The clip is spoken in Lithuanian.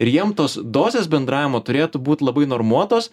ir jiem tos dozės bendravimo turėtų būt labai normuotos